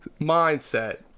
mindset